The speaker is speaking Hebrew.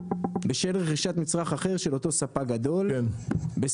בשל רכישת מצרך אחר של אותו ספק גדול (בסעיף